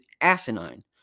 asinine